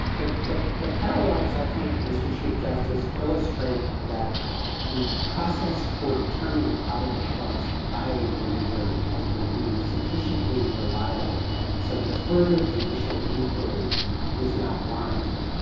well, the the parallels i think, mr. chief justice, illustrate that the process for determining probable cause by a grand jury has been deemed sufficiently reliable so that further judicial inquiry is not warranted.